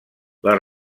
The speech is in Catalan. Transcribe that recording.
les